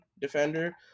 defender